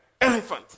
elephant